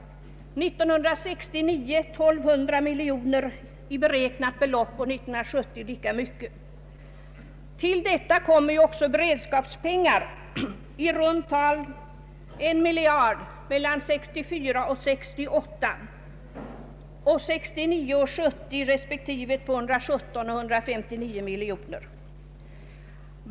För 1969 beräknas 1,2 miljarder och för 1970 lika mycket. Till detta kommer också beredskapspengar, för åren 1964—1968 i runt tal en miljard och 1969 och 1970 respektive 217 och 159 miljoner.